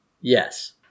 Yes